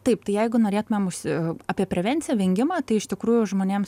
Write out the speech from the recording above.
taip tai jeigu norėtumėm užsi apie prevenciją vengimą tai iš tikrųjų žmonėms